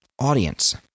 audience